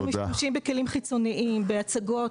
אנחנו משתמשים בכלים חיצוניים, בהצגות,